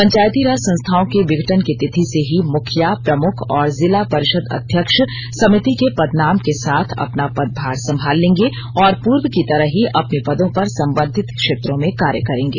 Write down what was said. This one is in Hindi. पंचायती राज संस्थाओं के विघटन की तिथि से ही मुखिया प्रमुख और जिला परिषद अध्यक्ष समिति के पदनाम के साथ अपना पदभार संभाल लेंगे और पूर्व की तरह ही अपने पदों पर संबंधित क्षेत्रों में कार्य करेंगे